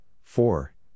four